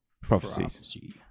Prophecy